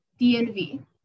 DNV